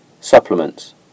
supplements